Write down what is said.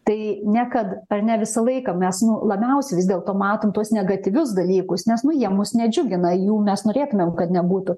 tai ne kad ar ne visą laiką mes nu labiausiai vis dėlto matom tuos negatyvius dalykus nes nu jie mus nedžiugina jų mes norėtumėm kad nebūtų